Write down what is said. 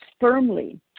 firmly